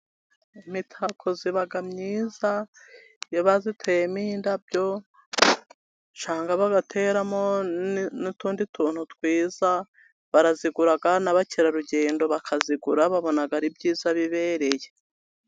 Imitako iba myiza iyo bayiteyemo indabo, cyangwa bagateramo n'utundi tuntu twiza. Barazigura n'abakerarugendo bakayigura, babona ari byiza bibereye.